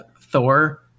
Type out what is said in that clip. Thor